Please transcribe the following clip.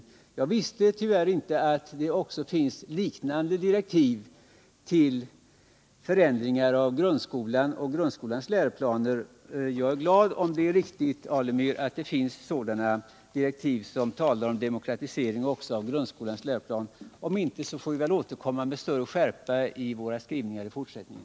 Tyvärr visste jag inte att det finns liknande direktiv till förändringar av grundskolan och dess läroplaner. Jag är glad om det är riktigt, Stig Alemyr, att det finns direktiv som talar om en demokratisering också av grundskolans läroplaner. Om inte får vi väl återkomma med större skärpa i våra skrivningar i fortsättningen.